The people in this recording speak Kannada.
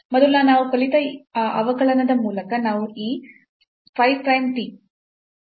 ಮೊದಲು ನಾವು ಕಲಿತ ಆ ಅವಕಲನದ ಮೂಲಕ ನಾವು ಈ phi prime t